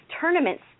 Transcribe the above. tournaments